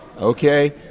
Okay